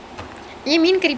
ya